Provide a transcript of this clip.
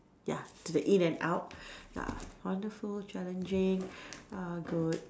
ya to the in and out ya wonderful challenging uh good